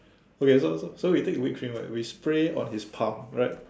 okay so so so we take whipped cream right we spray on his palm right